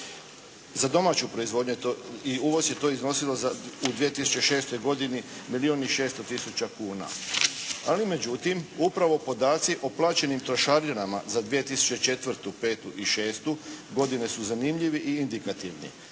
za domaću proizvodnju i uvoz je to iznosilo u 2006. godini milijun i 600 tisuća kuna. Ali međutim upravo podaci o plaćenim trošarinama za 2004., 2005. i 2006. godine su zanimljivi i indikativni.